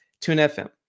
TuneFM